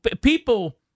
People